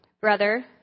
brother